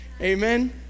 amen